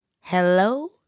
Hello